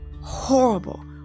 horrible